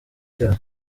cyaha